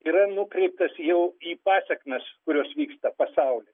yra nukreiptas jau į pasekmes kurios vyksta pasauly